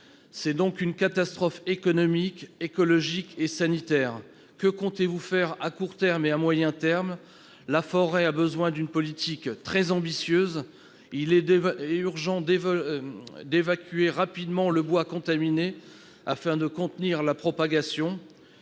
C'est donc une catastrophe économique, écologique et sanitaire. Monsieur le ministre, que comptez-vous faire à court et à moyen terme ? La forêt a besoin d'une politique très ambitieuse : il est urgent d'évacuer le bois contaminé, afin de contenir la propagation,